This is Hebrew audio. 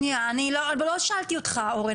אבל לא שאלתי אותך, אורן.